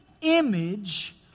image